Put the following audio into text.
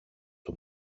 του